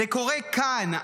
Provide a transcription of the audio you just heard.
זה קורה כאן,